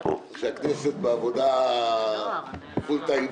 כשהכנסת בעבודה מלאה,